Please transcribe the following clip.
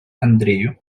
андрію